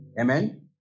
Amen